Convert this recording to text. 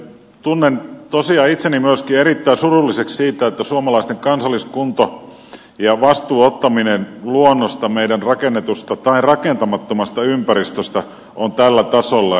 tunnen tosiaan itseni myöskin erittäin surulliseksi siitä että suomalaisten kansalliskunto ja vastuun ottaminen luonnosta meidän rakentamattomasta ympäristöstä on tällä tasolla